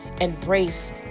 embrace